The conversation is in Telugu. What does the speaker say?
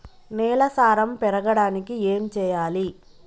నేల సారం పెరగడానికి ఏం చేయాలి?